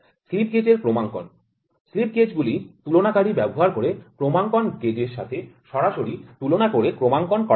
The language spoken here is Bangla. স্লিপ গেজ এর ক্রমাঙ্কন স্লিপ গেজ গুলি তুলনাকারী ব্যবহার করে ক্রমাঙ্কন গেজের সাথে সরাসরি তুলনা করে ক্রমাঙ্কন করা হয়